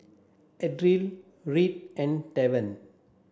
Ardelle Reed and Tavon